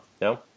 No